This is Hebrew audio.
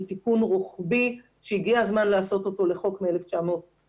היא תיקון רוחבי שהגיע הזמן לעשות אותו לחוק מ-1934.